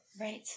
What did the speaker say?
Right